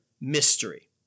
Mystery